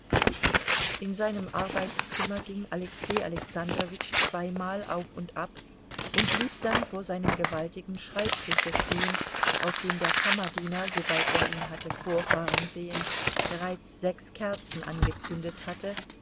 in seinem arbeitszimmer ging alexei alexandrowitsch zweimal auf und ab und blieb dann vor seinem gewaltigen schreibtische stehen auf dem der kammerdiener sobald er ihn hatte vorfahren sehen bereits sechs kerzen angezündet hatte